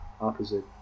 opposite